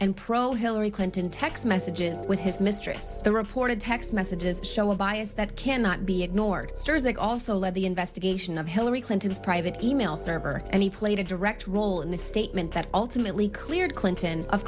and pro hillary clinton text messages with his mistress the reported text messages show a bias that cannot be ignored it also led the investigation of hillary clinton's private e mail server and he played a direct role in the statement that ultimately cleared clinton of